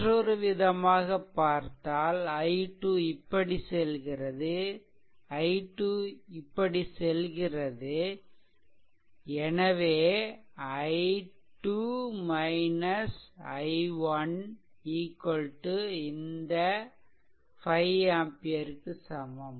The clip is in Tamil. மற்றொரு விதமாக பார்த்தால் i2 இப்படி செல்கிறது i1 இப்படி செல்கிறது எனவே i2 i1 இந்த 5 ஆம்பியர்க்கு சமம்